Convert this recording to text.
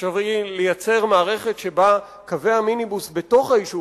אפשרי לייצר מערכת שבה קווי המיניבוס בתוך היישוב